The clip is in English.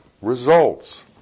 results